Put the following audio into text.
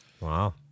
wow